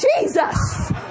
Jesus